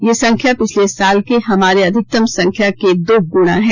यह संख्या ँपिछले साल के हमारे अधिकतम संख्या के दो गुणा है